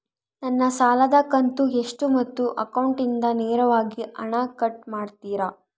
ನನ್ನ ಸಾಲದ ಕಂತು ಎಷ್ಟು ಮತ್ತು ಅಕೌಂಟಿಂದ ನೇರವಾಗಿ ಹಣ ಕಟ್ ಮಾಡ್ತಿರಾ?